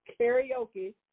karaoke